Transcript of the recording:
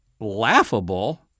laughable